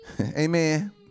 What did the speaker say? Amen